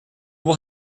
will